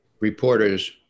reporters